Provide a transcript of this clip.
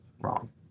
Wrong